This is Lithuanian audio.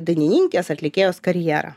dainininkės atlikėjos karjera